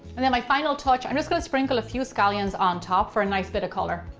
and then my final touch, i'm just gonna sprinkle a few scallions on top for a nice bit of color.